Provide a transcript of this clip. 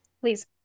please